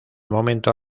momento